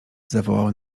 zawołał